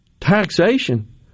taxation